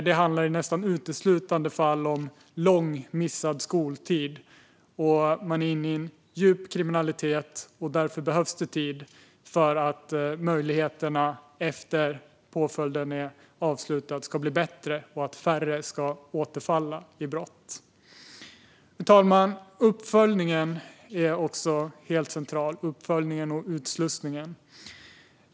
Det handlar i nästan alla fall om lång missad skoltid. Man är inne i djup kriminalitet, och därför behövs det tid för att möjligheterna efter avslutad påföljd ska bli bättre och färre ska återfalla i brott. Fru talman! Uppföljning och utslussning är också helt centralt.